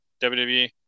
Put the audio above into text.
wwe